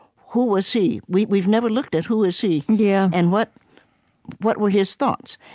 who was he? we've we've never looked at who was he, yeah and what what were his thoughts?